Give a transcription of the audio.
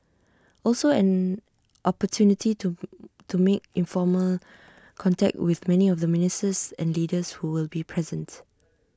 also an opportunity to to make informal contact with many of the ministers and leaders who will be present